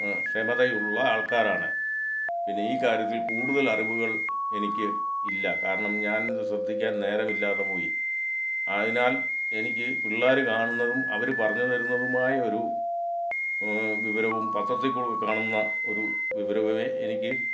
ക്ഷമതയുള്ള ആൾക്കാരാണ് പിന്നെ ഈ കാര്യത്തിൽ കൂടുതൽ അറിവുകൾ എനിക്ക് ഇല്ല കാരണം ഞാൻ ഇത് ശ്രദ്ധിക്കാൻ നേരം ഇല്ലാതെ പോയി ആയതിനാൽ എനിക്ക് പിള്ളേർ കാണുന്നതും അവർ പറഞ്ഞു തരുന്നതുമായ ഒരു വിവരവും പത്രത്തിൽ കൂടെ കാണുന്ന ഒരു വിവരവുമേ എനിക്ക്